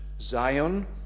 Zion